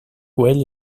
güell